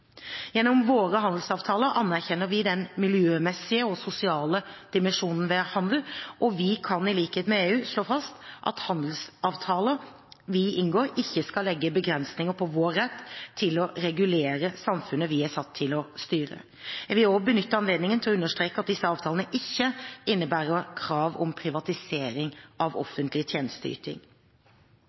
Gjennom våre handelsavtaler anerkjenner vi den miljømessige og sosiale dimensjonen ved handel, og vi kan i likhet med EU slå fast at handelsavtaler vi inngår, ikke skal legge begrensninger på vår rett til å regulere samfunnet vi er satt til å styre. Jeg vil òg benytte anledningen til å understreke at disse avtalene ikke innebærer krav om privatisering av offentlig tjenesteyting.